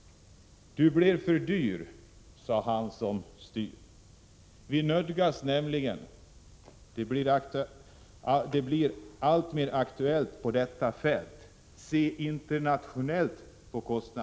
Du blev för dyr sa han som styr. Vi nödgas nämligen — det blir alltmera aktuellt på detta